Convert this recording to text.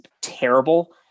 terrible